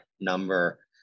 number